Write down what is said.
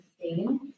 sustain